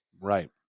Right